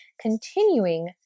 continuing